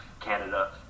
Canada